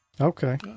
Okay